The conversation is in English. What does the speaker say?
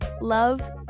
Love